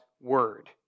word